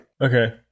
Okay